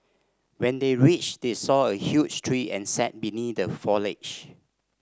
when they reached they saw a huge tree and sat beneath the foliage